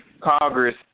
Congress